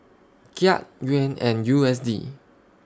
Kyat Yuan and U S D